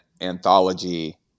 anthology